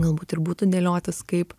galbūt ir būtų dėliotis kaip